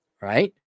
right